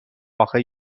آخه